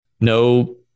no